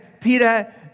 Peter